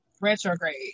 retrograde